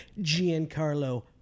Giancarlo